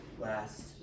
last